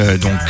Donc